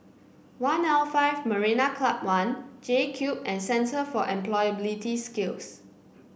One L Five Marina Club One JCube and Centre for Employability Skills